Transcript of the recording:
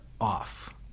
off